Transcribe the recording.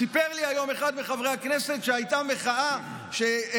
סיפר לי היום אחד מחברי הכנסת שהייתה מחאה שהצטרפו